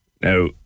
Now